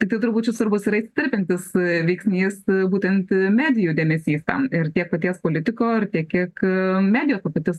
tiktai turbūt čia svarbus yra įsitvirtinantis veiksnys būtent medijų dėmesys tam ir tiek paties politiko ar tiek kiek medija ta paties